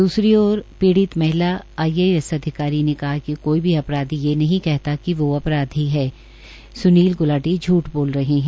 दूसरी ओर पीड़ित महिला आईएएस अधिकारी ने कहा कि कोई भी अपराधी ये नही कहता कि वो अपराधी है सुनील गुलाटी झूठ बोल रहे है